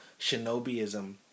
shinobiism